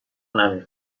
عمیق